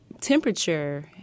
temperature